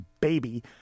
baby